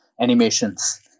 animations